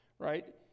Right